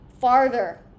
farther